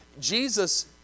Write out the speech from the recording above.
Jesus